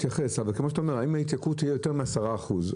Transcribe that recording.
האם ההתייקרות תהיה יותר מ-10%?